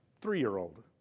three-year-old